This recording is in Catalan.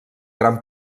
gran